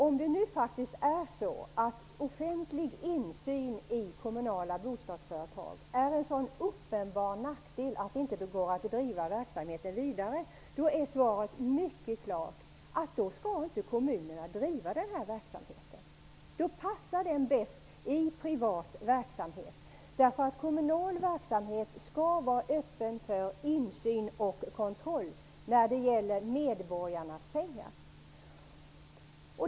Om det nu faktiskt är så att offentlig insyn i kommunala bostadsföretag innebär en så uppenbar nackdel att det inte går att driva verksamheten vidare, är svaret mycket klart: Då skall inte kommunerna driva den verksamheten. Då passar den bäst i en privat verksamhet. Kommunal verksamhet skall vara öppen för insyn och kontroll när det gäller medborgarnas pengar.